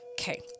okay